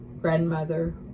grandmother